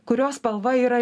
kurio spalva yra